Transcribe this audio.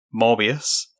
Morbius